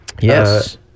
yes